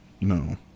No